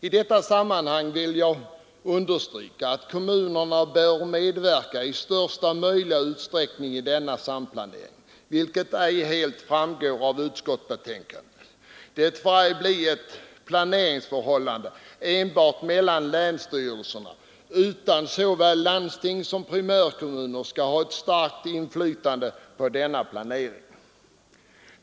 I detta sammanhang vill jag understryka att kommunerna bör medverka i största möjliga utsträckning i denna samplanering, vilket ej helt framgår av utskottsbetänkandet. Det får ej bli ett planeringsförhållande enbart mellan länsstyrelserna, utan såväl landstingssom primärkommuner skall ha ett starkt inflytande på denna planering.